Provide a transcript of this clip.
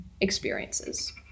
experiences